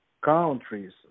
Countries